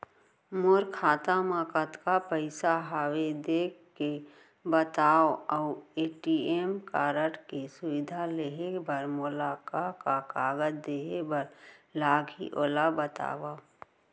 मोर खाता मा कतका पइसा हवये देख के बतावव अऊ ए.टी.एम कारड के सुविधा लेहे बर मोला का का कागज देहे बर लागही ओला बतावव?